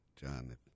john